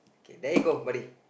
K there you go buddy